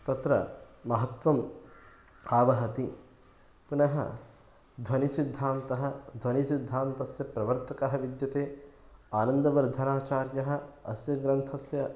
तत्र महत्वम् आवहति पुनः ध्वनिसिद्धान्तः ध्वनिसिद्धान्तस्य प्रवर्तकः विद्यते आनन्दवर्धनाचार्यः अस्य ग्रन्थस्य